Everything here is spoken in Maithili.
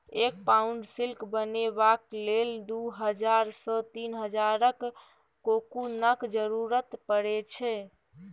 एक पाउंड सिल्क बनेबाक लेल दु हजार सँ तीन हजारक कोकुनक जरुरत परै छै